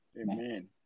Amen